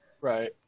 Right